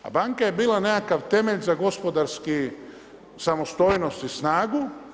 A banka je bila nekakav temelj za gospodarsku samostojnost i snagu.